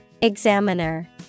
Examiner